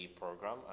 program